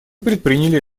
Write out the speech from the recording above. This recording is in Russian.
предприняли